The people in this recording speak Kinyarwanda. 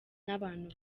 n’abantu